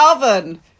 oven